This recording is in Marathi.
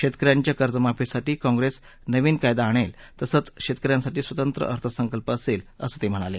शेतकऱ्यांच्या कर्जमाफीसाठी काँग्रेस नवीन कायदा आणेल तसंच शेतकऱ्यांसाठी स्वतंत्र अर्थसंकल्प असेल असं ते म्हणाले